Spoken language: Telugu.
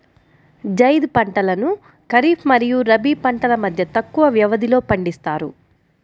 జైద్ పంటలను ఖరీఫ్ మరియు రబీ పంటల మధ్య తక్కువ వ్యవధిలో పండిస్తారు